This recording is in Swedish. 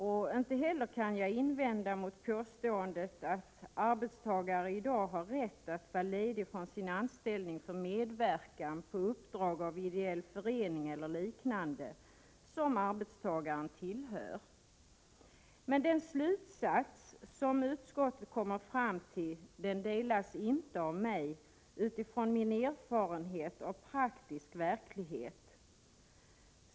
Och jag kan inte invända mot påståendet att arbetstagare i dag har rätt att ”vara ledig från sin anställning för att medverka i skola eller fritidsverksam Men den slutsats som utskottet kommer fram till delar jag inte, utifrån min erfarenhet av praktisk verklighet.